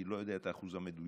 אני לא יודע את האחוז המדויק,